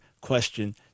question